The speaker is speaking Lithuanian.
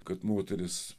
kad moteris